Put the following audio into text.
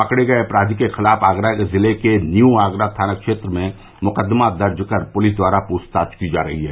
पकड़े गये अपराधी के खिलाफ आगरा जिले के न्यू आगरा थाना क्षेत्र में मुकदमा दर्ज कर पुलिस द्वारा पूछताछ की जा रही है